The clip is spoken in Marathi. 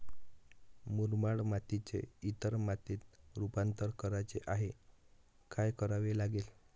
मुरमाड मातीचे इतर मातीत रुपांतर करायचे आहे, काय करावे लागेल?